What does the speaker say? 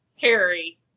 Harry